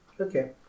Okay